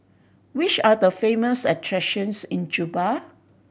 which are the famous attractions in Juba